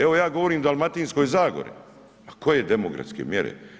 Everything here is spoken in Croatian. Evo ja govorim o Dalmatinskoj zagori, pa koje demografske mjere.